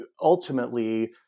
ultimately